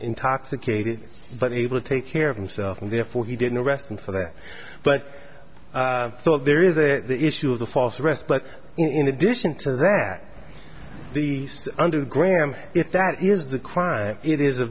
intoxicated but able to take care of himself and therefore he didn't arrest him for that but so there is the issue of the false arrest but in addition to wrack the east under graham if that is the crime it is a